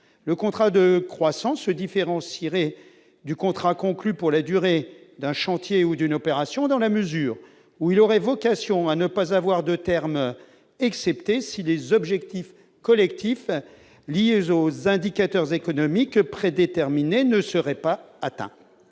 le contrat de croissance se différencier du contrat conclu pour la durée d'un chantier ou d'une opération dans la mesure où il aurait vocation à ne pas avoir de termes excepté si les objectifs collectifs liés aux indicateurs économiques prédéterminé ne serait pas atteint